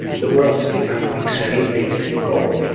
the world has become extremely cynical.